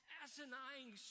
asinine